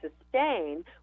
sustain